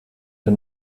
den